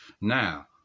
Now